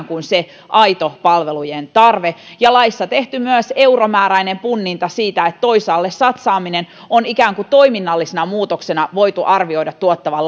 kuin aito palvelujen tarve ja myös laissa tehty euromääräinen punninta siitä että toisaalle satsaamisen on ikään kuin toiminnallisena muutoksena voitu arvioida tuottavan